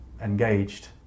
engaged